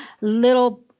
little